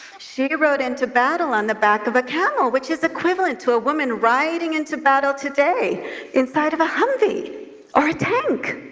she rode into battle on the back of a camel, which is equivalent to a woman riding into battle today inside of a humvee or a tank.